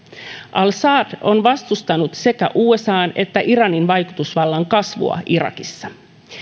al sadr on vastustanut sekä usan että iranin vaikutusvallan kasvua irakissa